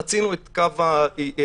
חצינו את קו דצמבר-ינואר,